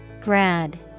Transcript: grad